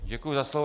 Děkuji za slovo.